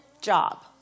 job